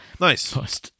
Nice